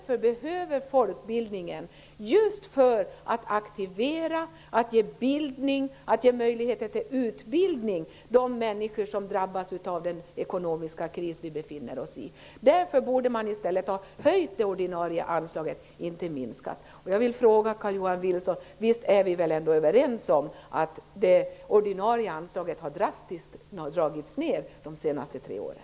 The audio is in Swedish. Folkbildningen behövs för att aktivera och utbilda de människor som drabbas av den ekonomiska kris vi befinner oss i. Därför borde man ha höjt det ordinarie anslaget i stället för att minska det. Jag vill fråga Carl-Johan Wilson om vi är överens om att det ordinarie anslaget drastiskt har minskats de senaste tre åren.